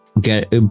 get